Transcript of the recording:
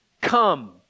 come